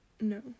No